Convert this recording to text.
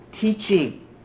teaching